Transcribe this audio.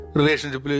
relationship